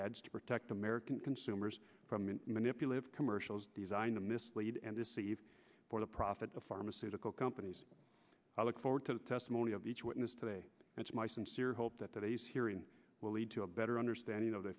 ads to protect american consumers from manipulative commercials designed to mislead and this even for the profit the pharmaceutical companies look forward to the testimony of each witness today it's my sincere hope that that he's hearing will lead to a better understanding of the